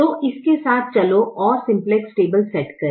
तो इस के साथ चलो और सिम्पलेक्स टेबल सेट करें